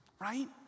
right